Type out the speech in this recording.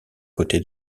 côté